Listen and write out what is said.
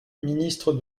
ministre